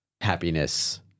happiness